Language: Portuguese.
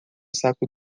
saco